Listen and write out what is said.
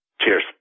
Cheers